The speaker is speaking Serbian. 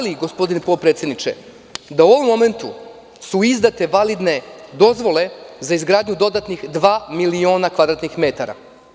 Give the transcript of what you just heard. Znate li, gospodine potpredsedniče, da u ovom momentu su izdate validne dozvole za izgradnju dodatnih dva miliona kvadratnih metara.